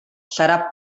serà